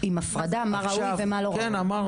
עם הפרדה מה ראוי ומה לא ראוי.